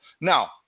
Now